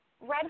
Red